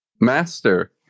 master